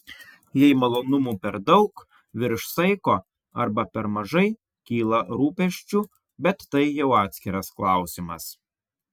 jei malonumų per daug virš saiko arba per mažai kyla rūpesčių bet tai jau atskiras klausimas